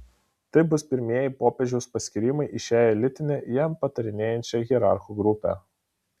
tai bus pirmieji popiežiaus paskyrimai į šią elitinę jam patarinėjančią hierarchų grupę